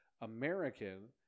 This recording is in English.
American